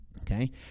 Okay